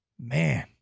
Man